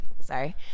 Sorry